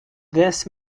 this